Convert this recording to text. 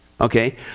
okay